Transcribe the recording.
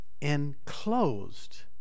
enclosed